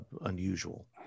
unusual